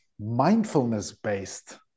mindfulness-based